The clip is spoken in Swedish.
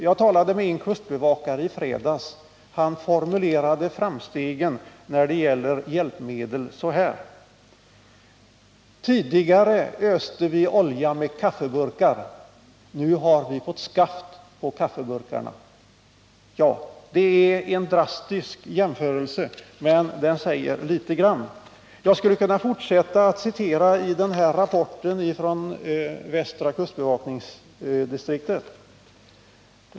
Jag talade med en kustbevakare i fredags, och han formulerade framstegen när det gäller hjälpmedel så här: Tidigare öste vi olja med kaffeburkar. Nu har vi fått skaft på kaffeburkarna. Det är en drastisk jämförelse, men den säger litet grand. Jag skulle kunna fortsätta att citera ur den här rapporten från västra kustbevakningsdistriktet.